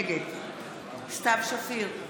נגד סתיו שפיר,